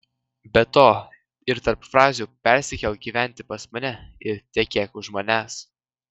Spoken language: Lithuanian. be to ir tarp frazių persikelk gyventi pas mane ir tekėk už manęs